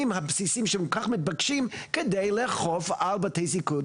הבסיסיים שהם כל כך מתבקשים כדי לאכוף על בתי הזיקוק